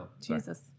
Jesus